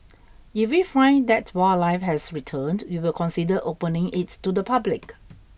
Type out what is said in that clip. if we find that wildlife has returned we will consider opening its to the public